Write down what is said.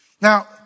Now